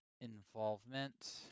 involvement